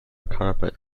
carpet